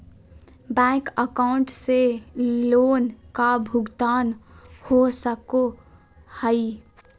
Bank account से loan का भुगतान हो सको हई?